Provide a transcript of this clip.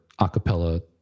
acapella